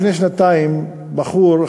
לפני שנתיים בחור,